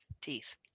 teeth